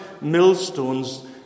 millstones